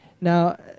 Now